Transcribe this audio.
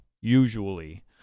usually